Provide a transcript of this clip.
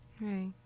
Right